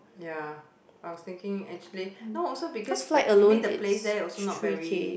ya I was thinking actually no also because the maybe the place there also not very